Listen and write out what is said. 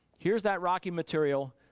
here's that rocky material,